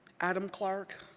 adam clark,